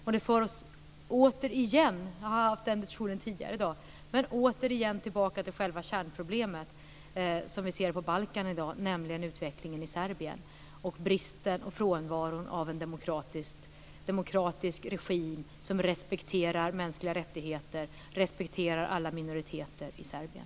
Vi kommer återigen tillbaka till själva kärnproblemet - och jag har fört den diskussionen tidigare i dag - som vi kan se på Balkan i dag, nämligen utvecklingen i Serbien och frånvaron av en demokratisk regim som respekterar mänskliga rättigheter och alla minoriteter i Serbien.